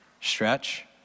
stretch